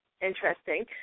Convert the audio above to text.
interesting